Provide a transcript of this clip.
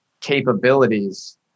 capabilities